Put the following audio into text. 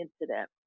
incident